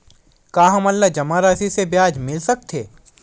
का हमन ला जमा राशि से ब्याज मिल सकथे?